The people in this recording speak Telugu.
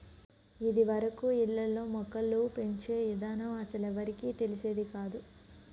ఇదివరకు ఇళ్ళల్లో మొక్కలు పెంచే ఇదానం అస్సలెవ్వరికీ తెలిసేది కాదు